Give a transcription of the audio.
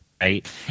right